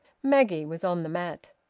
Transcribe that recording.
maggie was on the mat.